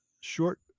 short